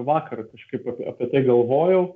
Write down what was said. vakar kažkaip apie tai galvojau